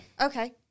Okay